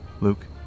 Luke